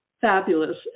fabulous